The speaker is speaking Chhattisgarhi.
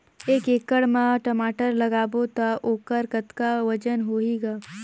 एक एकड़ म टमाटर लगाबो तो ओकर कतका वजन होही ग?